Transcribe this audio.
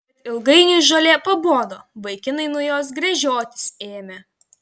bet ilgainiui žolė pabodo vaikinai nuo jos gręžiotis ėmė